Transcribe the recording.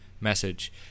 message